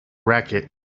racket